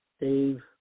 Dave